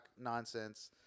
nonsense